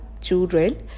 children